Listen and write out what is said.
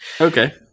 Okay